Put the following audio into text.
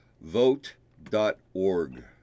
Vote.org